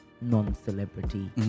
non-celebrity